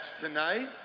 tonight